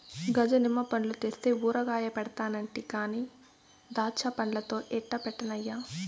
గజ నిమ్మ పండ్లు తెస్తే ఊరగాయ పెడతానంటి కానీ దాచ్చాపండ్లతో ఎట్టా పెట్టన్నయ్యా